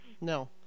No